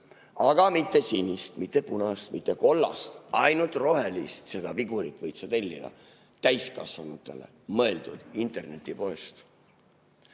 aga mitte sinist, mitte punast, mitte kollast. Ainult rohelist vigurit võid sa täiskasvanutele mõeldud internetipoest